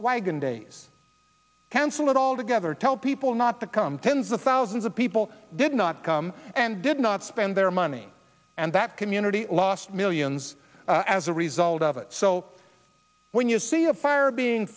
weigand days cancel it all together tell people not to come tens of thousands of people did not come and did not spend their money and that community lost millions as a result of it so when you see a fire being